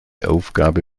aufgabe